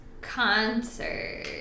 concert